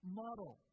model